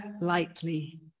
lightly